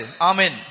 Amen